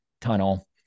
tunnel